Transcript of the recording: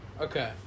okay